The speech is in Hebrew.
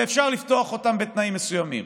ואפשר לפתוח אותם בתנאים מסוימים,